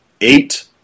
eight